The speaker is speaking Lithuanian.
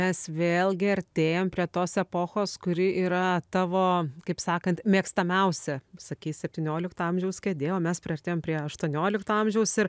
mes vėlgi artėjam prie tos epochos kuri yra tavo kaip sakant mėgstamiausia sakei septyniolikto amžiaus kėdė o mes priartėjom prie aštuoniolikto amžiaus ir